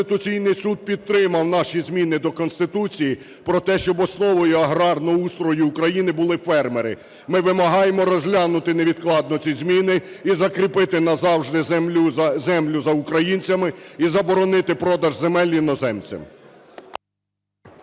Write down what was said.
Конституційний Суд підтримав наші зміни до Конституції про те, щоб основою аграрного устрою України були фермери. Ми вимагаємо розглянути невідкладно ці зміни і закріпити назавжди землю за українцями і заборонити продаж земель іноземцям.